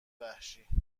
وحشی